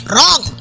Wrong